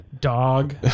dog